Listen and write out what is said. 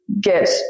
get